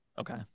Okay